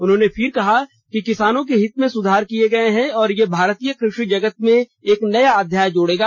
उन्होंने फिर कहा कि किसानों के हित में सुधार किये गये हैं और ये भारतीय क्रषि जगत में एक नया अध्याय जोडगा